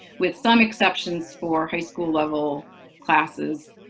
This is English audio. with some exceptions for high school level classes